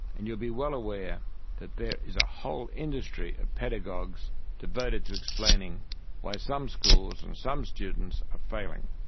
and you will be well aware that there is a whole industry of pedagogues devoted to explaining why some schools and some students are failing.